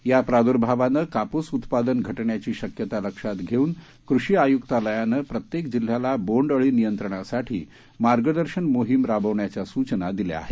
या प्राद्भावानं कापूस उत्पादन घटण्याची शक्यता लक्षात घेऊन कृषी आयुक्तालयानं प्रत्येक जिल्ह्याला बोंड अळी नियंत्रणासाठी मार्गदर्शन मोहीम राबवण्याच्या सूचना दिल्या आहेत